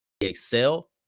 excel